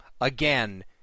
again